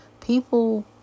people